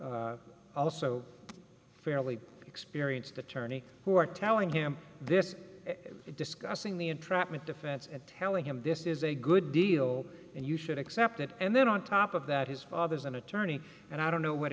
ac also fairly experienced attorney who are telling him this discussing the entrapment defense at telling him this is a good deal and you should accept it and then on top of that his father is an attorney and i don't know what